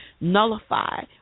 nullify